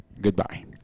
goodbye